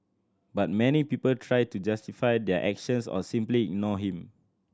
but many people try to justify their actions or simply ignored him